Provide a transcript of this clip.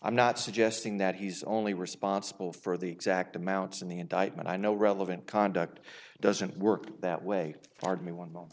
i'm not suggesting that he's only responsible for the exact amounts in the indictment i know relevant conduct doesn't work that way hardly one month th